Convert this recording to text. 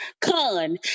Con